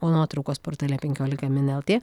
o nuotraukos portale penkiolika min lt